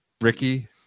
Ricky